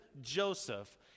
joseph